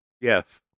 Yes